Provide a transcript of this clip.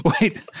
Wait